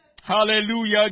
Hallelujah